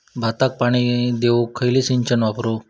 भाताक पाणी देऊक खयली सिंचन वापरू?